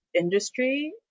industry